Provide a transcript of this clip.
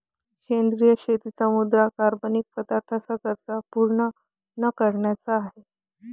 सेंद्रिय शेतीचा मुद्या कार्बनिक पदार्थांच्या गरजा पूर्ण न करण्याचा आहे